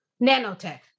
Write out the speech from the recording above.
nanotech